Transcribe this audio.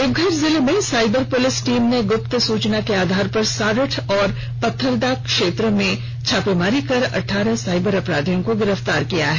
देवघर जिले में cyber police team ने ग्रप्त सूचना के आधार पर सारठ और पथरद्दा क्षेत्र में छापेमारी कर अटठारह साइबर अपराधियों को गिरफ्तार किया है